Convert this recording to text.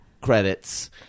credits